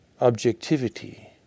objectivity